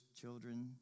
children